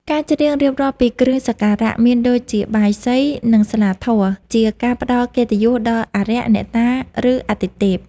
ការច្រៀងរៀបរាប់ពីគ្រឿងសក្ការៈ មានដូចជាបាយសី និងស្លាធម៌ ជាការផ្តល់កិត្តិយសដល់ អារក្ស អ្នកតា ឬអាទិទេព។